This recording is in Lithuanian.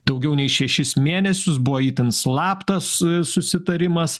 daugiau nei šešis mėnesius buvo itin slaptas susitarimas